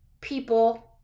people